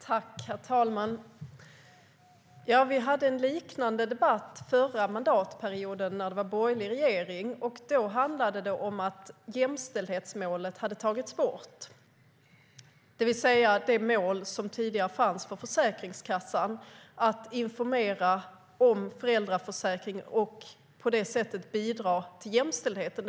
Herr talman! Vi hade en liknande debatt under den förra mandatperioden, när det var en borgerlig regering. Då handlade det om att jämställdhetsmålet hade tagits bort, det vill säga det mål som tidigare fanns för Försäkringskassan som handlade om att informera om föräldraförsäkring och på det sättet bidra till jämställdheten.